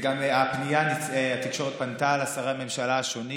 והינה אנחנו צועדים לקראת שני,